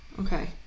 Okay